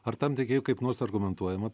ar tam tiekėjui kaip nors argumentuojama